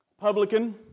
publican